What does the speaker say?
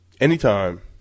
Anytime